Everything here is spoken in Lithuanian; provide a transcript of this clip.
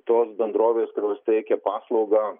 tos bendrovės kurios teikia paslaugą